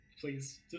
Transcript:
please